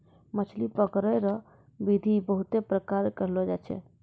मछली पकड़ै रो बिधि बहुते प्रकार से करलो जाय छै